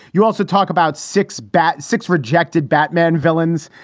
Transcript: you also talk about six bat six rejected batman villains.